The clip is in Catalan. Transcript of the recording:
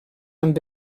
amb